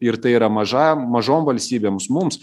ir tai yra mažam mažom valstybėms mums